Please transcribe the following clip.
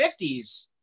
50s